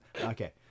Okay